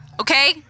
Okay